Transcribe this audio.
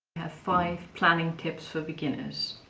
five planning tips for beginners.